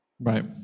Right